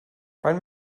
faint